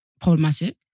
problematic